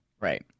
Right